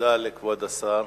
תודה לכבוד השר.